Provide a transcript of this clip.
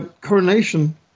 coronation